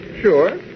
Sure